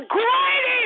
great